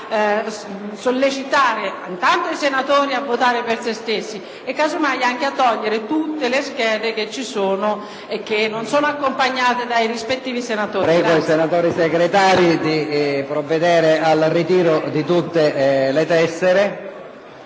Prego i senatori Segretari di provvedere al ritiro di tutte le tessere